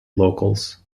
locals